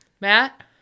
Matt